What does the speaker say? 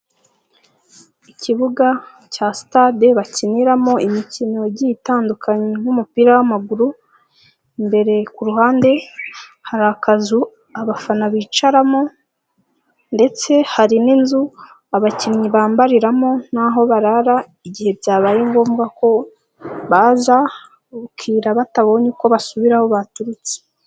Ikibuga cya Sitade bakiniramo imikino igiye itandukanye nk'umupira w'amaguru, imbere ku ruhande hari akazu abafana bicaramo ndetse hari n'inzu abakinnyi bambariramo n'aho barara igihe byabaye ngombwa ko baza bukira batabonye uko basubira aho baturutse.